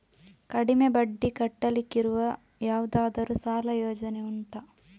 ಕಡಿಮೆ ಬಡ್ಡಿ ಕಟ್ಟಲಿಕ್ಕಿರುವ ಯಾವುದಾದರೂ ಸಾಲ ಯೋಜನೆ ಉಂಟಾ